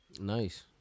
Nice